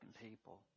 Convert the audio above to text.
people